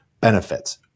benefits